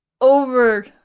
over